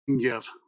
give